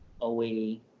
away